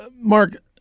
Mark